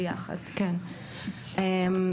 >> יאסר חוג'יראת (רע"מ,